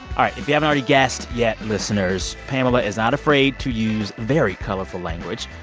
all right. if you haven't already guessed yet, listeners, pamela is not afraid to use very colorful language.